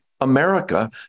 America